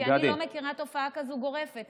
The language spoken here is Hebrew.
כי אני לא מכירה תופעה גורפת כזאת.